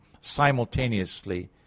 simultaneously